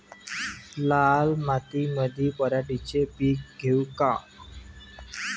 लाल मातीमंदी पराटीचे पीक घेऊ का?